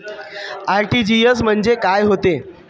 RTGS म्हंजे काय होते?